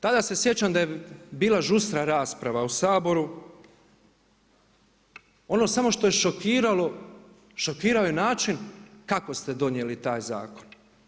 Tada se sjećam da je bila žustra rasprava u Saboru, ono samo što je šokiralo, šokirao je i način kako ste donijeli taj zakon.